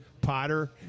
Potter